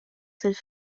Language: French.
cette